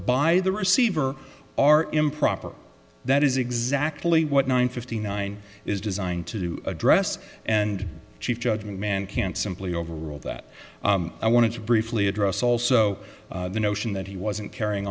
by the receiver are improper that is exactly what nine fifty nine is designed to address and chief judgment man can't simply overrule that i want to briefly address also the notion that he wasn't carrying